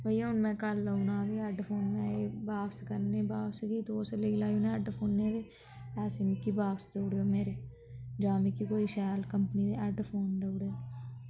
भैया हून में कल औना ते हैडफोन में एह् बापस करने ते बापस केह् तुस लेई लैओ ते हैडफोनै दे पैसे मिकी बापस देउड़ेओ मेरे जां मिकी कोई शैल कम्पनी दे हैडफोन देउड़ेओ